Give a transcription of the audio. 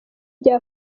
bya